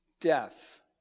death